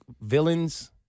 villains